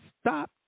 Stop